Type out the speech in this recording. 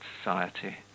society